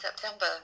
September